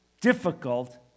difficult